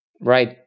Right